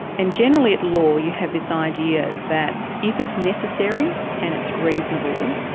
and generally at law you have this idea that if it's necessary and it's reasonable,